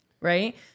right